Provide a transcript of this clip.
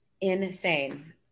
Insane